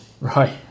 Right